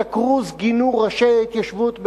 את הכרוז גינו ראשי ההתיישבות ביש"ע,